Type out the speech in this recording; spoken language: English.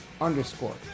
underscore